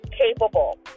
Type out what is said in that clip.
capable